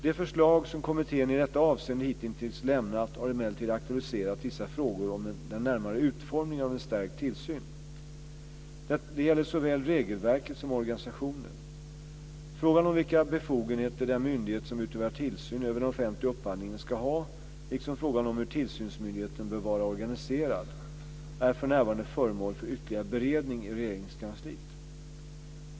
De förslag som kommittén i detta avseende hitintills lämnat har emellertid aktualiserat vissa frågor om den närmare utformningen av en stärkt tillsyn. Det gäller såväl regelverket som organisationen. Frågan om vilka befogenheter den myndighet som utövar tillsyn över den offentliga upphandlingen ska ha liksom frågan om hur tillsynsmyndigheten bör vara organiserad är för närvarande föremål för ytterligare beredning i Regeringskansliet.